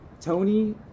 Tony